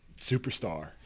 superstar